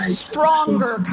stronger